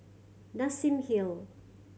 Nassim Hill